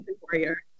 warrior